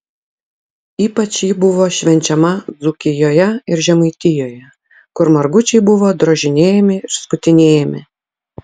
ypač ji buvo švenčiama dzūkijoje ir žemaitijoje kur margučiai buvo drožinėjami ir skutinėjami